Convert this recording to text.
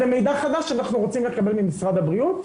אז זה מידע חדש שאנחנו רוצים לקבל ממשרד הבריאות.